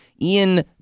Ian